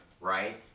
right